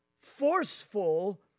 forceful